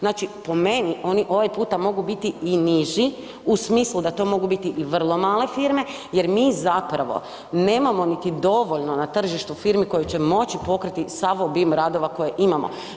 Znači, po meni, oni ovaj puta mogu biti i niži u smislu da to mogu biti i vrlo male firme jer mi zapravo nemamo niti dovoljno na tržištu firmi koje će moći pokriti sav obim radova koje imamo.